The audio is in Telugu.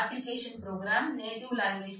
application program